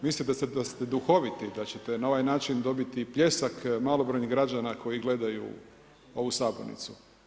Mislite da ste duhoviti i da ćete na ovaj način dobiti i pljesak malobrojnih građana koji gledaju ovu sabornicu.